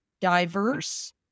diverse